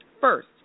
First